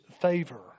favor